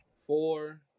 four